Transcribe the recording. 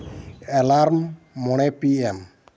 alarm ᱢᱚᱬᱮ P ᱮᱢ